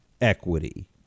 equity